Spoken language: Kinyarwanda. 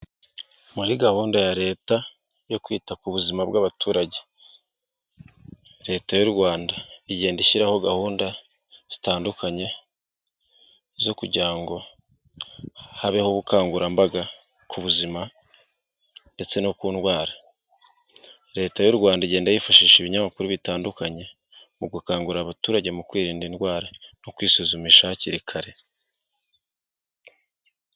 Muri gahunda ya Leta yo kwita ku buzima bw'abaturage. Leta y'u Rwanda igenda ishyiraho gahunda zitandukanye zo kugira ngo habeho ubukangurambaga ku buzima ndetse no ku ndwara. Leta y'u Rwanda igenda yifashisha ibinyamakuru bitandukanye mu gukangurira abaturage mu kwirinda indwara no kwisuzumisha hakiri kare.